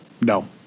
no